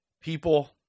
People